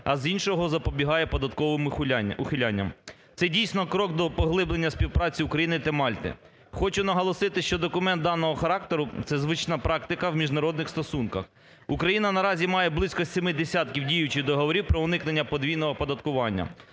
а з іншого запобігає податковим ухилянням. Це дійсно крок до поглиблення співпраці України та Мальти. Хочу наголосити, що документ даного характеру, це звична практика у міжнародних стосунках. Україна наразі має близько семи десятків діючих договорів про уникнення подвійного оподаткування,